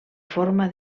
forma